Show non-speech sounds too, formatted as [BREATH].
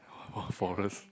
[BREATH] forest